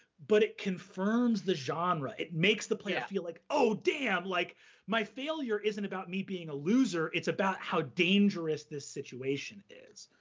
but it confirms the genre. it makes the play yeah feel like, oh, damn, like my failure isn't about me being a loser. it's about how dangerous this situation is.